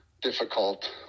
difficult